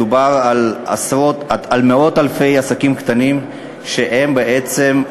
מדובר על מאות אלפי עסקים קטנים, שהם, בעצם,